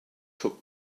took